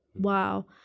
wow